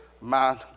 man